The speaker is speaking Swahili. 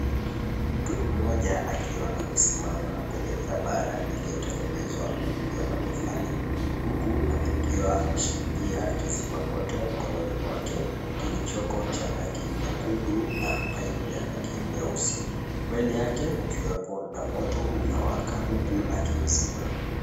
Mtu mmoja akiwa amesimama kwenye barabara iliyotengenezwa kutumia matofali huku akiwa ameshikilia kizima moto mkononi mwake kilichoko cha rangi nyekundu na paipu ya rangi nyeusi. Mbele yake kukiwepo na moto unawaka huku akiuzima.